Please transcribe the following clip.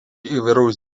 įvairaus